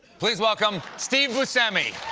please welcome, steve buscemi!